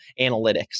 analytics